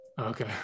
okay